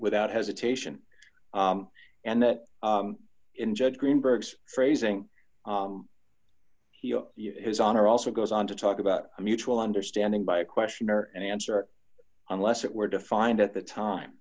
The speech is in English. without hesitation and that in judge greenberg's phrasing he his honor also goes on to talk about a mutual understanding by a question or an answer unless it were defined at the time